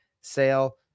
sale